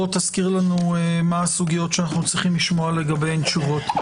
תזכיר לנו מה הסוגיות שאנחנו צריכים לשמוע לגביהן תשובות.